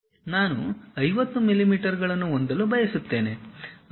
ನಾನು 50 ಮಿಲಿಮೀಟರ್ಗಳನ್ನು ಹೊಂದಲು ಬಯಸುತ್ತೇನೆ